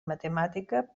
matemàtica